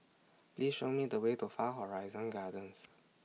Please Show Me The Way to Far Horizon Gardens